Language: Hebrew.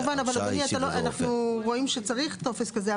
אנחנו רואים שצריך טופס כזה,